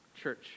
Church